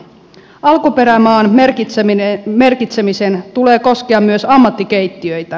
alkuperämaan merkitsemisen tulee koskea myös ammattikeittiöitä